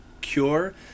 Cure